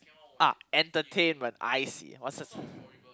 ah entertainment I see what's the